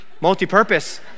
multi-purpose